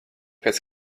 pēc